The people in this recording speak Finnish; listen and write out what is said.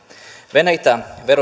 veneitä